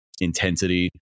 intensity